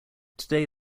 today